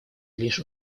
лишь